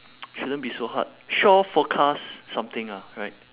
shouldn't be so hard shore forecast something ah right